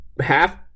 half